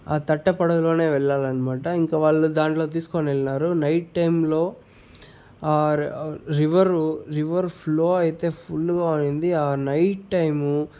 ఆ తట్ట పడవలోనే వెళ్ళాలనమాట ఇంక వాళ్ళు దాంట్లో తీసుకోనెళ్ళినారు నైట్ టైంలో రివరు రివర్ ఫ్లో అయితే ఫుల్లుగా ఉంది ఆ నైట్ టైము